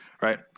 Right